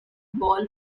ball